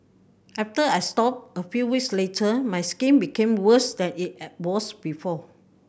after I stopped a few weeks later my skin became worse than it was before